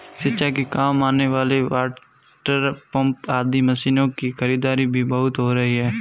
सिंचाई के काम आने वाले वाटरपम्प आदि मशीनों की खरीदारी भी बहुत हो रही है